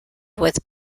with